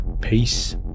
Peace